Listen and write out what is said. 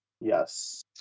Yes